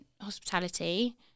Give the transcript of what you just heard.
hospitality